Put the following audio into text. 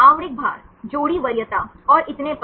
आणविक भार जोड़ी वरीयता और इतने पर